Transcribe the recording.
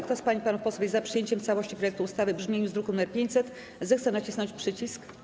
Kto z pań i panów posłów jest za przyjęciem w całości projektu ustawy w brzmieniu z druku nr 500, zechce nacisnąć przycisk.